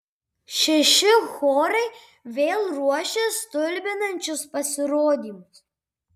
šeši chorai vėl ruošia stulbinančius pasirodymus